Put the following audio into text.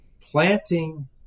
planting